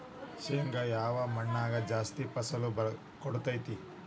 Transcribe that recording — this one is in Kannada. ಶೇಂಗಾ ಯಾವ ಮಣ್ಣಾಗ ಜಾಸ್ತಿ ಫಸಲು ಕೊಡುತೈತಿ?